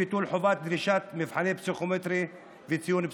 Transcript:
ביטול חובת דרישות מבחני כניסה וציון פסיכומטרי),